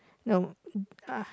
no mm ah